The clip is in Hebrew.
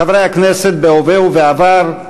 חברי הכנסת בהווה ובעבר,